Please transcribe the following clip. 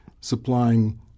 supplying